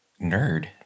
nerd